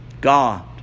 God